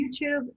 YouTube